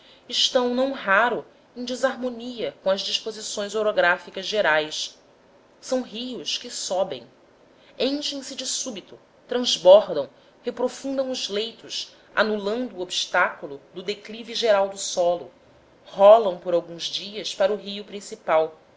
estão não raro em desarmonia com as disposições orográficas gerais são rios que sobem enchem se de súbito transbordam reprofundam os leitos anulando o obstáculo do declive geral do solo rolam por alguns dias para o rio principal